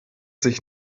sich